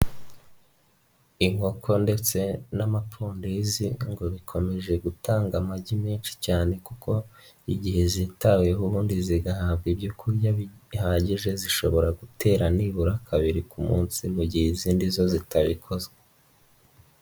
Inkoko ndetse n'amapondezi ngo bikomeje gutanga amagi menshi cyane kuko igihe zitaweho ubundi zigahabwa ibyo kurya bihagije zishobora gutera nibura kabiri ku munsi mu gihe izindi zo zitabikozwa.